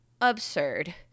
absurd